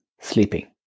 sleeping